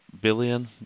billion